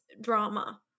drama